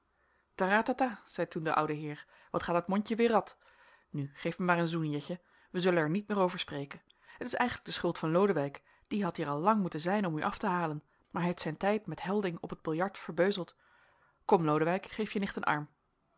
zei toen de oude heer wat gaat dat mondje weer rad nu geef mij maar een zoen jetje wij zullen er niet meer over spreken het is eigenlijk de schuld van lodewijk die had hier al lang moeten zijn om u af te halen maar hij heeft zijn tijd met helding op het biljart verbeuzeld kom lodewijk geef je nicht een arm